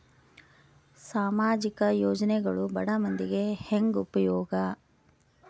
ಸಾಮಾಜಿಕ ಯೋಜನೆಗಳು ಬಡ ಮಂದಿಗೆ ಹೆಂಗ್ ಉಪಯೋಗ?